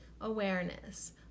awareness